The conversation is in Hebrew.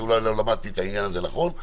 אולי לא למדתי את העניין הזה נכון,